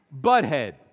butthead